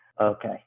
Okay